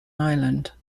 ireland